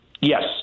Yes